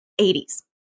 80s